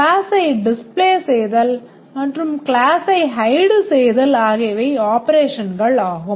கிளாஸை display செய்தல் மற்றும் கிளாசை hide செய்தல் ஆகியவை operations ஆகும்